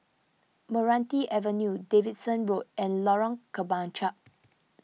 Meranti Avenue Davidson Road and Lorong Kemunchup